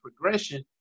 progression